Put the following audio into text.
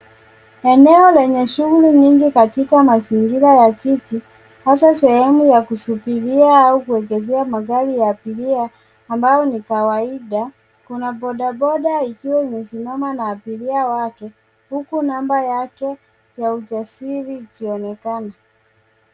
eneo lenye shuguli nyingi katika mazingira ya jiji, hasaa sehemu ya kusubiria au kuegezea magari ya abiria ambao ni kwaida, kuna bodaboda ikiwa imesimama na abiria wake, huku namba yake ya usajili ikionekana.